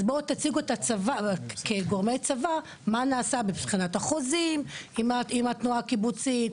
אז בואו תציגו כגורמי צבא מה נעשה מבחינת החוזים עם התנועה הקיבוצית,